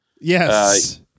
Yes